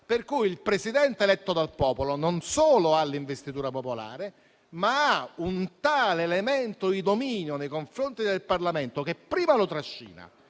per cui il Presidente eletto dal popolo non solo ha l'investitura popolare, ma ha anche un tale elemento di dominio nei confronti del Parlamento che prima lo trascina